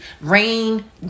rain